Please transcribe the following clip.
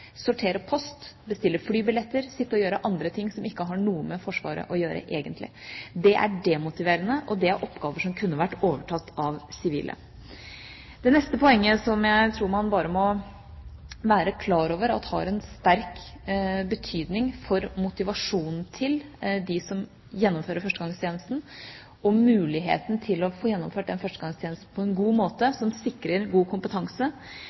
sortere post, bestille flybilletter, gjøre andre ting som egentlig ikke har noe med Forsvaret å gjøre. Det er demotiverende. Dette er oppgaver som kunne vært overtatt av sivile. Det neste poenget – som jeg tror man må være klar over har en sterk betydning for motivasjonen til dem som gjennomfører førstegangstjenesten og for muligheten til å få gjennomført den på en god måte, og som sikrer god kompetanse